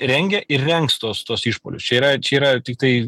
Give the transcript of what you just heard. rengia ir rengs tuos tuos išpuolius čia yra čia yra tiktai